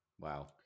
Wow